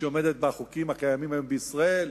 שהיא עומדת בחוקים הקיימים היום בישראל,